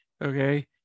okay